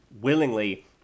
willingly